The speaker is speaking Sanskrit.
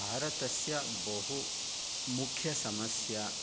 भारतस्य बहु मुख्यसमस्या